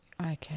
Okay